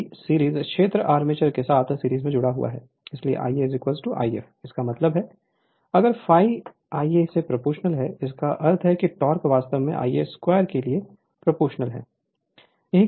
क्योंकि सीरीज क्षेत्र आर्मेचर के साथ सीरीज में जुड़ा हुआ है इसलिए Ia If इसका मतलब है अगर ∅ Ia से प्रोपोर्शनल है इसका अर्थ है टोक़ वास्तव में Ia 2 के लिए प्रोपोर्शनल है